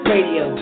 Radio